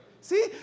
See